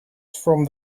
from